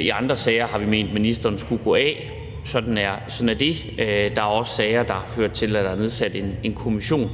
i andre sager har vi ment, at ministeren skulle gå af. Sådan er det. Der er også sager, der førte til, at der blev nedsat en kommission.